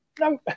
no